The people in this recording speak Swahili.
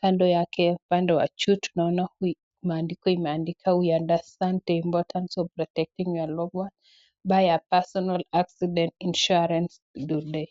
kando yake, upande wa juu tunaona maandiko imeandikwa [we understand the importance of protecting your loved ones, buy a personal accident insurance today].